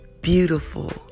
beautiful